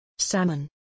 Salmon